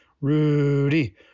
Rudy